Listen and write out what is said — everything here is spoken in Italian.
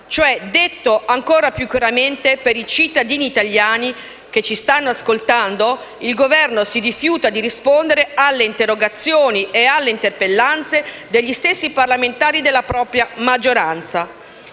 detto ancora più chiaramente per i cittadini italiani che ci stanno ascoltando, il Governo si rifiuta di rispondere alle interrogazioni e alle interpellanze degli stessi parlamentari della propria maggioranza.